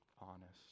honest